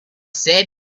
said